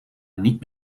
niet